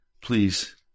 please